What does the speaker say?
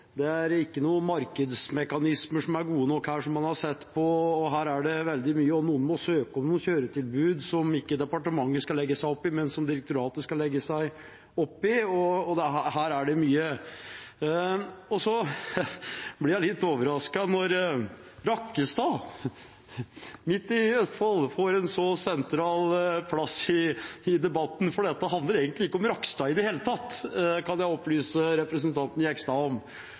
det er ikke noen markedsmekanismer som er gode nok som man har sett på, og her er det veldig mye om at noen må søke om noen kjøretilbud som ikke departementet skal legge seg opp i, men som direktoratet skal legge seg opp i. Her er det altså mye. Så blir jeg litt overrasket når Rakkestad, midt i Østfold, får en så sentral plass i debatten, for dette handler egentlig ikke om Rakkestad i det hele tatt, kan jeg opplyse representanten Jegstad om.